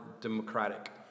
democratic